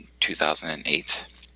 2008